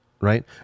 right